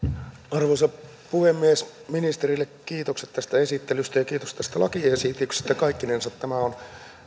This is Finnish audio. arvoisa puhemies ministerille kiitokset tästä esittelystä ja kiitos tästä lakiesityksestä kaikkinensa tämä on